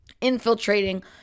infiltrating